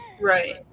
Right